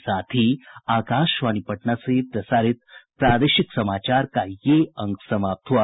इसके साथ ही आकाशवाणी पटना से प्रसारित प्रादेशिक समाचार का ये अंक समाप्त हुआ